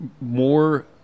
more